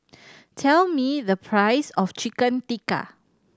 tell me the price of Chicken Tikka